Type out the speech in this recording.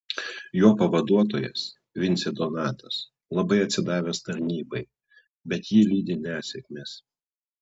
jo pavaduotojas vincė donatas labai atsidavęs tarnybai bet jį lydi nesėkmės